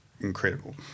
incredible